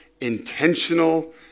intentional